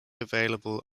available